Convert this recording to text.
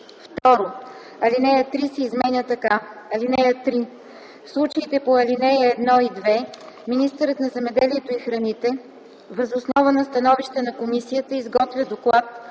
2. Алинея 3 се изменя така: „(3) В случаите по ал. 1 и 2 министърът на земеделието и храните въз основа на становище на комисията изготвя доклад